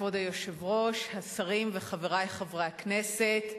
כבוד היושב-ראש, השרים וחברי חברי הכנסת,